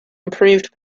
improved